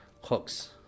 Hooks